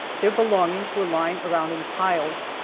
their belongings were lying around in piles,